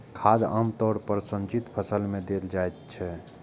खाद आम तौर पर सिंचित फसल मे देल जाइत छै